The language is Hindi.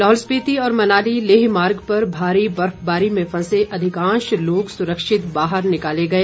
लाहौल स्पीति और मनाली लेह मार्ग पर भारी बर्फबारी में फंसे अधिकांश लोग सुरक्षित बाहर निकाले गए